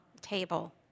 table